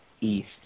east